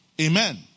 Amen